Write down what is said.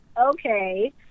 okay